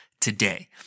today